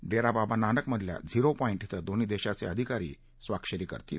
डेरा बाबा नानक मधल्या zero point िब्रं दोन्ही देशाचे अधिकारी स्वाक्षरी करतील